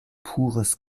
pures